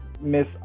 Miss